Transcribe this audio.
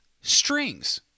Strings